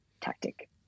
tactic